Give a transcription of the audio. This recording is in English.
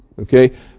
Okay